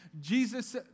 Jesus